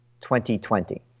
2020